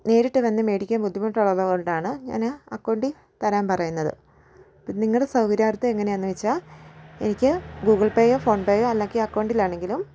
നേരിട്ട് വന്ന് മേടിക്കാൻ ബുദ്ധിമുട്ടുള്ളതു കൊണ്ടാണ് ഞാന് അക്കൗണ്ടിൽ തരാൻ പറയുന്നത് അപ്പം നിങ്ങളുടെ സൗകര്യാർത്ഥം എങ്ങനെയാന്ന് വെച്ചാൽ എനിക്ക് ഗൂഗിൾ പേയോ ഫോൺ പേയോ അല്ലെങ്കിൽ അക്കൗണ്ടിലാണെങ്കിലും